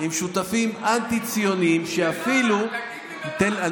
עם שותפים אנטי-ציונים שאפילו, במה?